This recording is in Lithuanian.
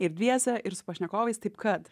ir dviese ir su pašnekovais taip kad